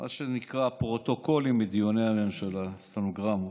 במה שנקרא פרוטוקולים מדיוני הממשלה, סטנוגרמות,